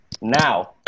Now